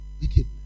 Wickedness